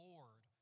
Lord